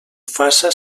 faça